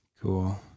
Cool